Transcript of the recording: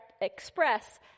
express